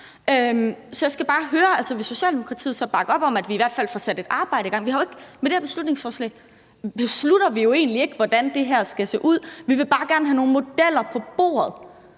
Så jeg skal bare høre: Vil Socialdemokratiet så bakke op om, at vi i hvert fald får sat et arbejde i gang? Med det her beslutningsforslag beslutter vi jo egentlig ikke, hvordan det her skal se ud; vi vil bare gerne have nogle modeller på bordet.